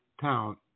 town